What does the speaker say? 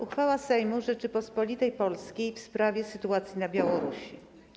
Uchwała Sejmu Rzeczypospolitej Polskiej w sprawie sytuacji na Białorusi.